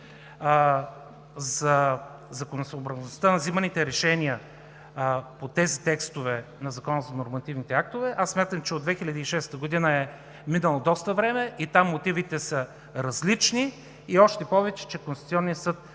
за законосъобразността на взиманите решения по тези текстове на Закона за нормативните актове, смятам, че от 2006 г. е минало доста време и там мотивите са различни, още повече че Конституционният съд